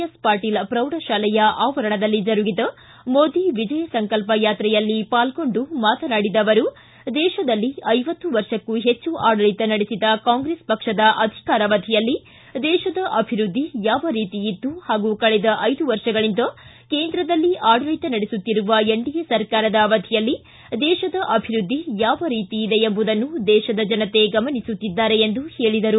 S Patil ಪ್ರೌಢಶಾಲೆಯ ಆವರಣದಲ್ಲಿ ಜರುಗಿದ ಮೋದಿ ವಿಜಯ ಸಂಕಲ್ಪ ಯಾತ್ರೆಯಲ್ಲಿ ಪಾಲ್ಗೊಂಡು ಮಾತನಾಡಿದ ಅವರು ದೇತದಲ್ಲಿ ಐವತ್ತು ವರ್ಷಕ್ಕೂ ಹೆಚ್ಚು ಆಡಳಿತ ನಡೆಸಿದ ಕಾಂಗ್ರೆಸ್ ಪಕ್ಷದ ಅಧಿಕಾರವಧಿಯಲ್ಲಿ ದೇಶದ ಅಭಿವೃದ್ಧಿ ಯಾವ ರೀತಿ ಇತ್ತು ಹಾಗೂ ಕಳೆದ ಐದು ವರ್ಷಗಳಿಂದ ಕೇಂದ್ರದಲ್ಲಿ ಆಡಳಿತ ನಡೆಸುತ್ತಿರುವ ಎನ್ಡಿಎ ಸರಕಾರದ ಅವಧಿಯಲ್ಲಿ ದೇಶದ ಅಭಿವೃದ್ಧಿ ಯಾವ ರೀತಿ ಇದೆ ಎಂಬುದನ್ನು ದೇಶದ ಜನತೆ ಗಮನಿಸುತ್ತಿದ್ದಾರೆ ಎಂದು ಹೇಳಿದರು